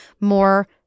more